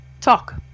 talk